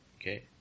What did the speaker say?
Okay